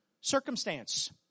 circumstance